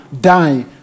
die